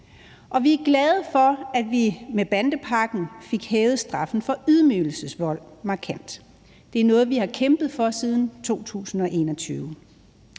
Og vi er glade for, at vi med bandepakken fik hævet straffen for ydmygelsesvold markant. Det er noget, vi har kæmpet for siden 2021.